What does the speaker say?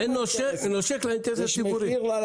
זה נושק לאינטרס הציבורי.